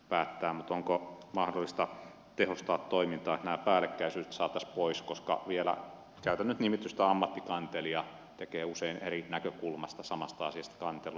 mutta onko mahdollista tehostaa toimintaa että nämä päällekkäisyydet saataisiin pois koska vielä käytän nyt nimitystä ammattikantelija tekee usein eri näkökulmasta samasta asiasta kantelun